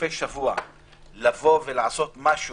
בסופי שבוע לעשות משהו